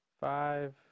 five